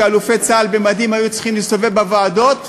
שאלופי צה"ל במדים היו צריכים להסתובב בוועדות,